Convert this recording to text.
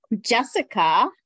Jessica